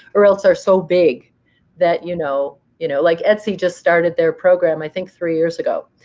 or else are so big that you know you know like etsy just started their program i think three years ago.